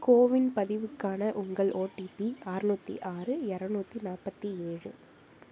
CoWIN பதிவுக்கான உங்கள் OTP அறுநூத்தி ஆறு இரநூத்தி நாற்பத்தி ஏழு